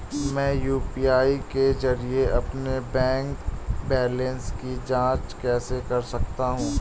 मैं यू.पी.आई के जरिए अपने बैंक बैलेंस की जाँच कैसे कर सकता हूँ?